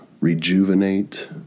rejuvenate